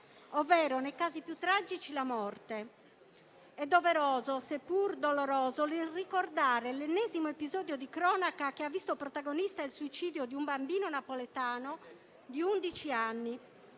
o, nei casi più tragici, la morte. È doveroso, seppur doloroso, ricordare l'ennesimo episodio di cronaca che ha visto protagonista il suicidio di un bambino napoletano di undici